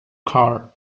car